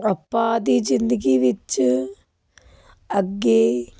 ਆਪਾਂ ਦੀ ਜ਼ਿੰਦਗੀ ਵਿੱਚ ਅੱਗੇ